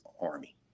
Army